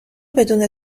بدون